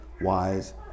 wise